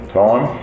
time